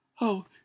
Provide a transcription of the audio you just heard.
Oh